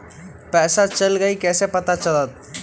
पैसा चल गयी कैसे पता चलत?